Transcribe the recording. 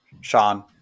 Sean